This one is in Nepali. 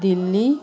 दिल्ली